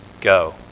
go